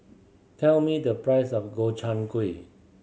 tell me the price of Gobchang Gui